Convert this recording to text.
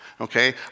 okay